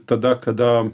tada kada